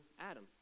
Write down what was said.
Adam